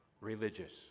religious